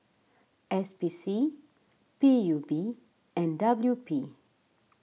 S P C P U B and W P